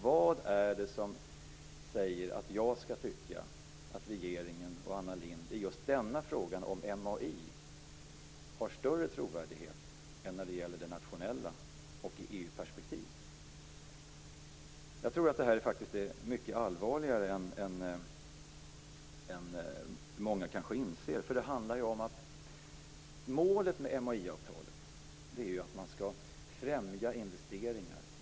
Vad är det som säger att jag skall tycka att regeringen och Anna Lindh i just denna fråga om MAI-avtalet har större trovärdighet än i det nationella och EU-perspektivet? Jag tror faktiskt att detta är mycket allvarligare än många kanske inser. Målet med MAI-avtalet är att man skall främja investeringar.